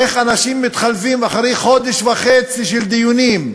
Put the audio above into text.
איך אנשים מתחלפים אחרי חודש וחצי של דיונים,